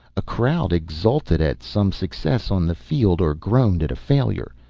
a crowd exulted at some success on the field, or groaned at a failure.